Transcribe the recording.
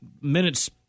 minutes